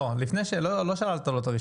לא, לפני ששללת, עוד לא שללת לו את הרישיון.